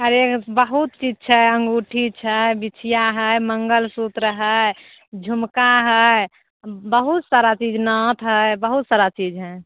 अरे बहुत चीज छै अंगूठी छै बिछिआ है मङ्गलसूत्र है झुमका है बहुत सारा चीज नथ है बहुत सारा चीज है